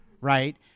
right